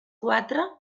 quatre